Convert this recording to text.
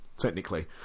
technically